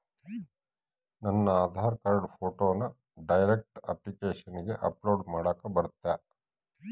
ನನ್ನ ಆಧಾರ್ ಕಾರ್ಡ್ ಫೋಟೋನ ಡೈರೆಕ್ಟ್ ಅಪ್ಲಿಕೇಶನಗ ಅಪ್ಲೋಡ್ ಮಾಡಾಕ ಬರುತ್ತಾ?